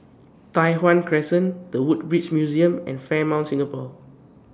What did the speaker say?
Tai Hwan Crescent The Woodbridge Museum and Fairmont Singapore